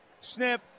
Snip